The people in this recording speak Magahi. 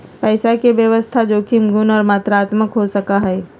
पैसा के व्यवस्था जोखिम गुण और मात्रात्मक हो सका हई